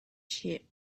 sheep